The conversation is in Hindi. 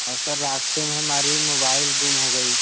और सर रास्ते में हमारी मोबाइल गुम हो गई